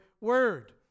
Word